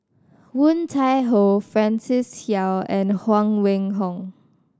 Woon Tai Ho Francis Seow and Huang Wenhong